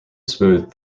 smooth